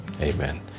Amen